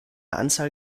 anzahl